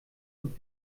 und